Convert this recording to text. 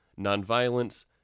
nonviolence